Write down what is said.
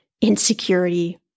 insecurity